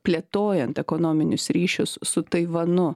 plėtojant ekonominius ryšius su taivanu